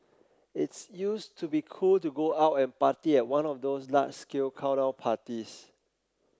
it's used to be cool to go out and party at one of those large scale countdown parties